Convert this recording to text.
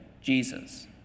jesus